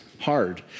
hard